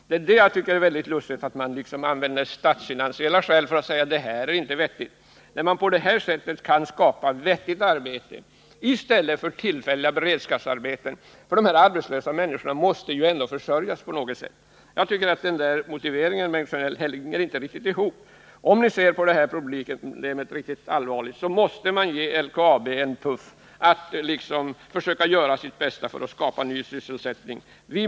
Därför tycker jag det är lustigt att man anför statsfinansiella skäl mot projekt, som skulle göra det möjligt att skapa vettigt arbete i stället för tillfälliga beredskapsarbeten — de här människorna måste ju ändå försörjas på något sätt! Den motiveringen, Bengt Sjönell, är alltså inte riktigt hållbar. Om man tar allvarligt på det här problemet inser man att man måste ge LKAB en puff att göra sitt bästa för att skapa ny sysselsättning.